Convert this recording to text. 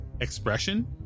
expression